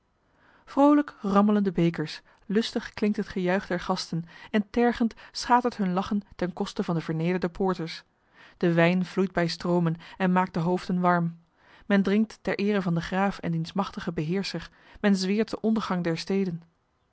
vroolijk rammelen de bekers lustig klinkt het gejuich der gasten en tergend schatert hun lachen ten koste van de vernederde poorters de wijn vloeit bij stroomen en maakt de hoofden warm men drinkt ter eere van den graaf en diens machtigen beheerscher men zweert den ondergang der steden